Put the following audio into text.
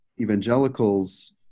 evangelicals